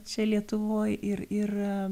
čia lietuvoj ir ir